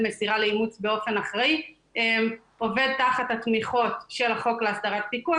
וכמובן שאפשר להעריך לפי כלבים שנרשמים,